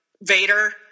Vader